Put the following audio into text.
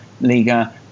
Liga